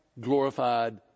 glorified